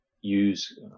use